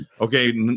okay